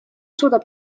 suudab